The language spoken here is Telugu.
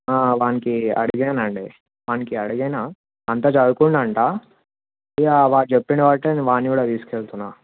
వానికి అడిగాను అండి వానికి అడిగిన అంత చదువుకుండు అంట ఇకవాడు చెప్పిన బట్టి వాడిని కూడా తీసుకు వేళ్తున్నాను